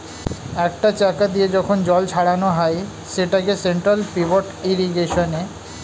একটা চাকা দিয়ে যখন জল ছড়ানো হয় সেটাকে সেন্ট্রাল পিভট ইর্রিগেশনে